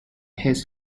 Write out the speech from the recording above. his